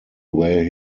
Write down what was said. where